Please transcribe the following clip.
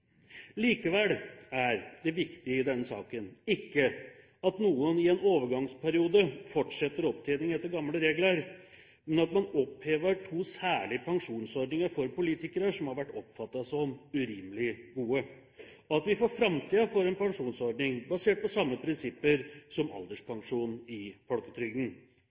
Likevel er det viktige i denne saken ikke at noen i en overgangsperiode fortsetter opptjening etter gamle regler, men at man opphever to særlige pensjonsordninger for politikere som har vært oppfattet som urimelig gode, og at vi for framtiden får en pensjonsordning basert på samme prinsipper som alderspensjonen i folketrygden.